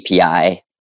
API